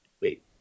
Wait